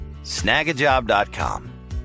snagajob.com